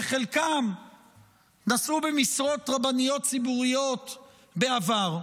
וחלקם נשאו במשרות רבניות ציבוריות בעבר.